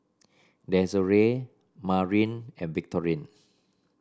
Desirae Marin and Victorine